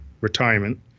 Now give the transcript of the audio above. retirement